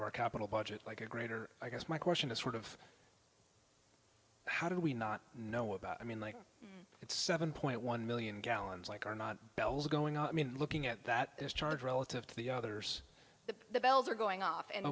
of our capital budget like a greater i guess my question is sort of how do we not know about i mean like it's seven point one million gallons like are not bells going up i mean looking at that there's charge relative to the others the bells are going off and